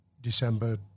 December